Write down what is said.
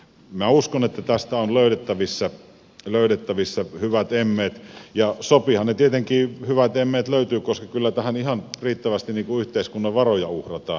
minä uskon että tästä on löydettävissä hyvät emmeet ja sopiihan niiden hyvien emmeiden löytyä koska kyllä tähän ihan riittävästi yhteiskunnan varoja uhrataan